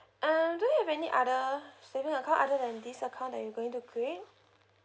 um do you have any other saving account other than this account that you're going to create